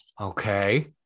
Okay